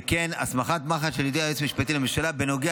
שכן הסמכת מח"ש על ידי היועץ המשפטי לממשלה בנוגע